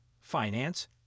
finance